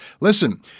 Listen